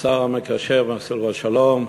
השר המקשר סילבן שלום,